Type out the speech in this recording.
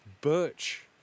birch